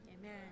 Amen